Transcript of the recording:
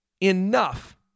enough